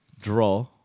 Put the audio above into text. draw